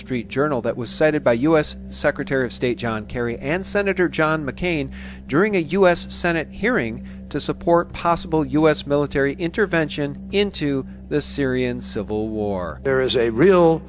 street journal that was cited by u s secretary of state john kerry and senator john mccain during a u s senate hearing to support possible u s military intervention into the syrian civil war there is a real